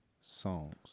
songs